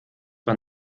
war